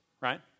right